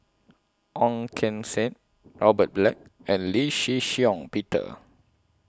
Ong Keng Sen Robert Black and Lee Shih Shiong Peter